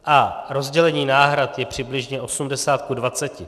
A rozdělení náhrad je přibližně 80 ku 20.